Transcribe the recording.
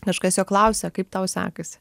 kažkas jo klausia kaip tau sekasi